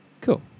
Cool